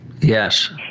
Yes